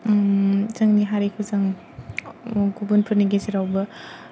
जोंनि हारिखौ जों गुबुफोरनि गेजेरावबो